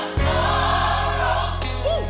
sorrow